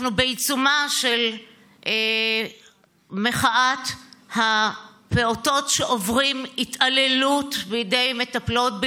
אנחנו בעיצומה של מחאה על הפעוטות שעוברים התעללות בידי מטפלות,